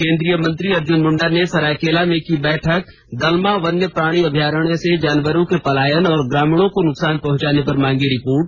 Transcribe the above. केंद्रीय मंत्री अर्जुन मुंडा ने सरायकेला में की बैठक दलमा वन्य प्राणी अभ्यारण्य से जानवरों के पलायन और ग्रामीणों को नुकसान पहुंचाने पर मांगी रिपोर्ट